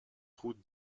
route